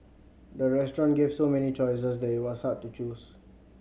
the restaurant gave so many choices that it was hard to choose